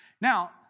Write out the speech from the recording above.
Now